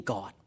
God